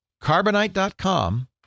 Carbonite.com